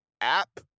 app